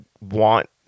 want